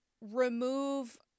remove